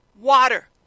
water